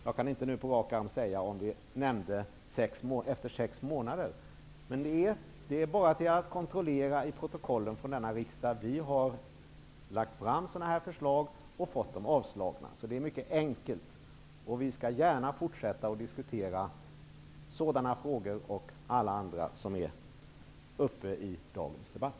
Jag kan nu inte på rak arm säga om vi nämnde sex månader eller inte. Det är bara att kontrollera i protokollen från denna riksdag. Vi har lagt fram sådana här förslag och fått dem avslagna. Vi skall gärna fortsätta att diskutera sådana frågor liksom alla andra frågor som är uppe i dagens debatt.